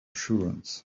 assurance